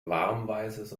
warmweißes